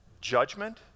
judgment